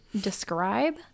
describe